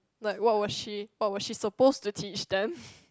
like what was she what was she suppose to teach then